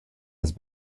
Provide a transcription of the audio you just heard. his